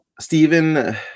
Stephen